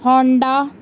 Honda